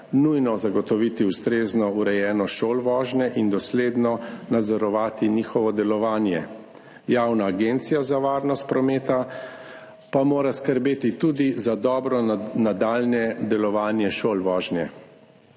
nujno zagotoviti ustrezno urejenost šol vožnje in dosledno nadzorovati njihovo delovanje, Javna agencija za varnost prometa pa mora skrbeti tudi za dobro nadaljnje delovanje šol vožnje.